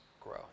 grow